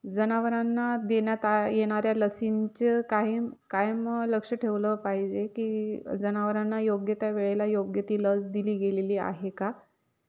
जनावरांना देण्यात येणाऱ्या लसींचं काही कायम लक्ष ठेवलं पाहिजे की जनावरांना योग्य त्या वेळेला योग्य ती लस दिली गेलेली आहे का